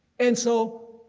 and so,